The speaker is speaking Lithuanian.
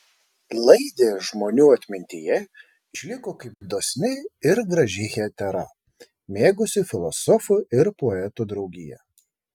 laidė žmonių atmintyje išliko kaip dosni ir graži hetera mėgusi filosofų ir poetų draugiją